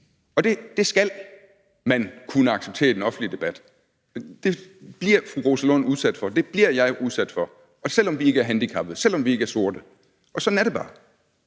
og det skal man kunne acceptere i den offentlige debat. Det bliver fru Rosa Lund udsat for, og det bliver jeg udsat for, selv om vi ikke handicappede, selv om vi ikke er sorte. Sådan er det bare.